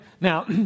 Now